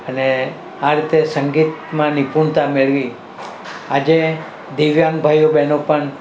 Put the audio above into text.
અને આ રીતે સંગીતમાં નિપુણતા મેળવી આજે દિવ્યાંગ ભાઈઓ બહેનો પણ